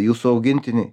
jūsų augintiniui